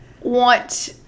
want